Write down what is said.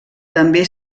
també